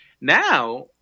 Now